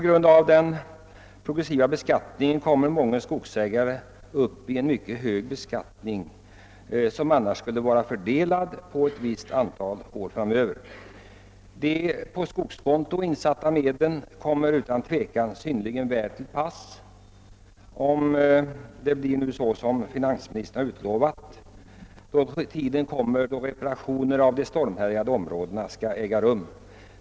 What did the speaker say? Genom den progressiva inkomstbeskattningen kommer många skogsägare upp i en mycket hög skatt eftersom de beskattas på en inkomst som annars skulle vara fördelad på ett visst antal år framöver. De på skogskonto insatta medlen kommer utan tvivel väl till pass — om det nu blir såsom finansministern utlovat — när det blir aktuellt med reparationer inom de stormhärjade områdena.